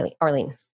Arlene